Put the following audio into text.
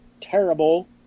terrible